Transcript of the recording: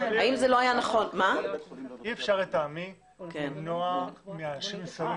לטעמי אי אשפר למנוע מאנשים מסוימים